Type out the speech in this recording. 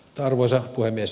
arvoisa puhemies